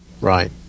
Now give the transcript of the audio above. Right